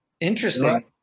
Interesting